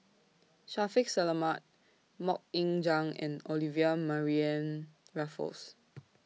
Shaffiq Selamat Mok Ying Jang and Olivia Mariamne Raffles